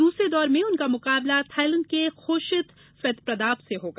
दूसरे दौर में उनका मुकाबला थाइलैंड के खोशित फेतप्रदाब से होगा